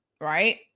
right